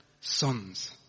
sons